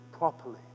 Properly